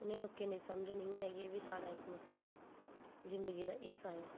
इ'नें लोकें ई इ'न्नी समझ निं ऐ कि एह्बी साढ़ा इक मतलब जिंदगी दा हिस्सा ऐ